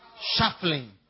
shuffling